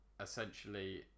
essentially